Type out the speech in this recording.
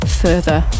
further